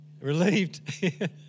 Relieved